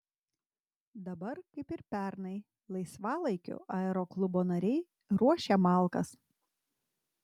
dabar kaip ir pernai laisvalaikiu aeroklubo nariai ruošia malkas